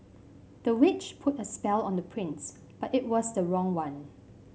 the witch put a spell on the prince but it was the wrong one